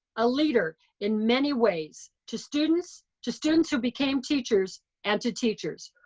a leader in many ways, to students, to students who became teachers and to teachers.